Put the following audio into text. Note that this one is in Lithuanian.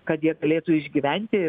kad jie galėtų išgyventi